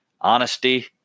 honesty